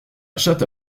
chatte